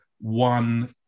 one